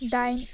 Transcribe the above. डाइन